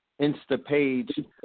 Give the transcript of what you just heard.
Instapage